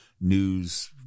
news